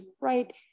right